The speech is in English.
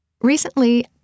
Recently